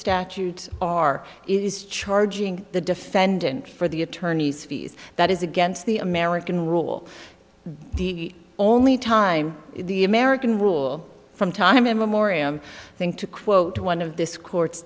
statutes are it is charging the defendant for the attorneys fees that is against the american rule the only time the american rule from time immemorial i think to quote one of this court's